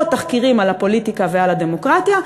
או תחקירים על הפוליטיקה ועל הדמוקרטיה,